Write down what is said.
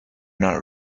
not